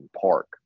park